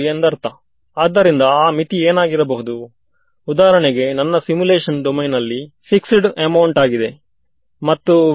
ಇಷ್ಟರವರೆಗೆ ನಾವು ನ್ನು ಆಗಿ ಅಪ್ರಾಕ್ಸಿಮೇಟ್ ಮಾಡಿದ್ದೇವೆ